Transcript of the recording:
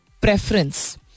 preference